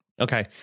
Okay